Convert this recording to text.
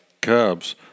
Cubs